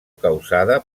causada